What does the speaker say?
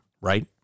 Right